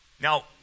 Now